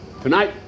tonight